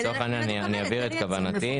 אני אבהיר את כוונתי.